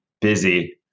busy